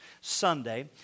Sunday